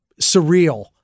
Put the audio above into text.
surreal